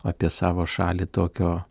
apie savo šalį tokio